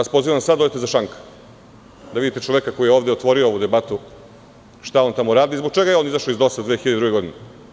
Pozivam vas da odete za šank, da vidite čoveka koji je ovde otvorio ovu debatu, šta on tamo radi i zbog čega je izašao iz DOS 2002. godine.